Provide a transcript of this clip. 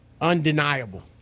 undeniable